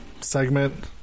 segment